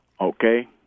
Okay